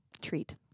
treat